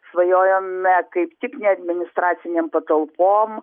svajojome kaip tik ne administracinėm patalpom